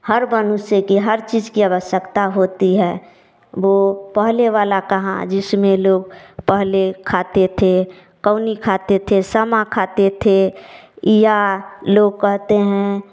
हर मनुष्य की हर चीज की आवश्यकता होती है वो पहले वाला कहाँ जिसमें लोग पहले खाते थे कौनी खाते थे शामा खाते थे या लोग कहते हैं